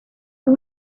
too